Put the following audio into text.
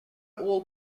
all